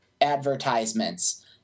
advertisements